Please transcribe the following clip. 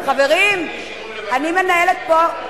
חברים, אני מנהלת פה,